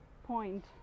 Point